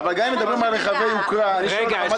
אבל גם אם מדברים על רכבי יוקרה,